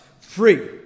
Free